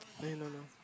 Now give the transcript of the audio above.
eh no no